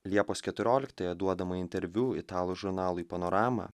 liepos keturioliktąją duodama interviu italų žurnalui panorama